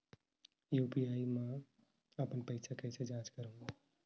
मैं यू.पी.आई मा अपन पइसा कइसे जांच करहु?